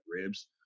ribs